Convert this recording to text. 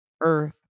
earth